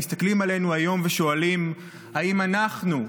מסתכלים עלינו היום ושואלים אם אנחנו,